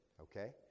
okay